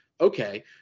Okay